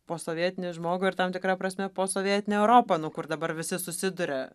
posovietinį žmogų ir tam tikra prasme posovietinę europą nu kur dabar visi susiduria